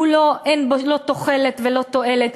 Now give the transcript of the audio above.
אין בו לא תוחלת ולא תועלת,